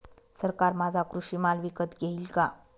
सरकार माझा कृषी माल विकत घेईल का?